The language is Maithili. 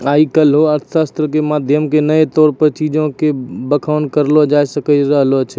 आइ काल्हि अर्थशास्त्रो के माध्यम से नया तौर पे चीजो के बखान करलो जाय रहलो छै